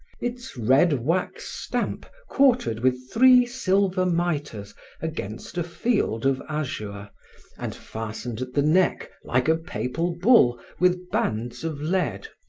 its red wax stamp quartered with three silver mitres against a field of azure and fastened at the neck, like a papal bull, with bands of lead,